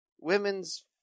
women's